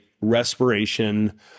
respiration